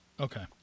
Okay